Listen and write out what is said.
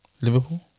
Liverpool